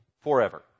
forever